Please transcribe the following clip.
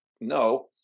no